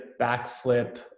backflip